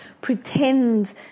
pretend